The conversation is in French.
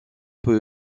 peut